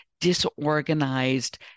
disorganized